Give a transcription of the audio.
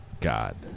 God